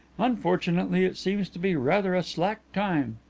unfortunately it seems to be rather a slack time.